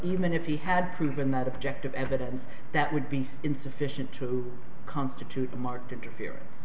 even if he had proven that objective evidence that would be insufficient to constitute a marked interfere